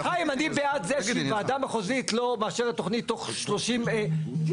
חיים אני בעד זה שאם ועדה מחוזית לא מאשרת תוכנית בתוך 100 ימים,